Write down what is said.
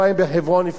לפני הרבה שנים.